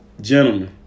gentlemen